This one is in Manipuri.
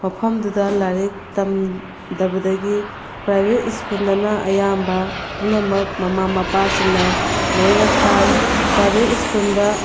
ꯃꯐꯝꯗꯨꯗ ꯂꯥꯏꯔꯤꯛ ꯇꯝꯗꯕꯗꯒꯤ ꯄ꯭ꯔꯥꯏꯕꯦꯠ ꯁ꯭ꯀꯨꯜꯗꯅ ꯑꯌꯥꯝꯕ ꯄꯨꯝꯅꯃꯛ ꯃꯃꯥ ꯃꯄꯥꯁꯤꯡꯅ ꯂꯣꯏꯅ ꯊꯥꯏ ꯄ꯭ꯔꯥꯏꯕꯦꯠ ꯁ꯭ꯀꯨꯜꯗ